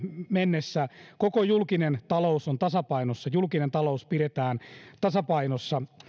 mennessä koko julkinen talous on tasapainossa julkinen talous pidetään tasapainossa